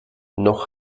noch